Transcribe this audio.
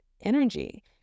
energy